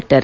Shettar